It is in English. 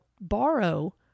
borrow